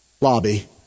lobby